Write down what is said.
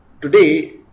Today